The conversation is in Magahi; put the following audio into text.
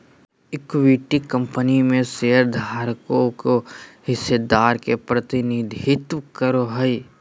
इक्विटी कंपनी में शेयरधारकों के हिस्सेदारी के प्रतिनिधित्व करो हइ